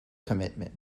commitment